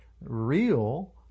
real